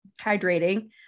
hydrating